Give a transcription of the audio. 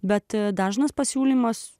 bet dažnas pasiūlymas